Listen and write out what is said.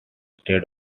state